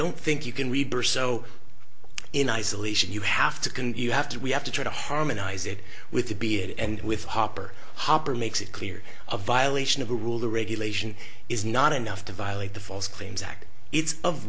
don't think you can reverse so in isolation you have to can you have to we have to try to harmonize it with to be it and with hopper hopper makes it clear of violation of a rule or regulation is not enough to violate the false claims act it's of